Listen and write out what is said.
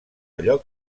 allò